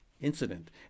incident